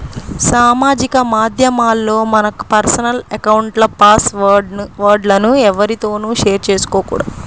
సామాజిక మాధ్యమాల్లో మన పర్సనల్ అకౌంట్ల పాస్ వర్డ్ లను ఎవ్వరితోనూ షేర్ చేసుకోకూడదు